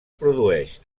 produeix